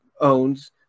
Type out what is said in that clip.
owns